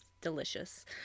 Delicious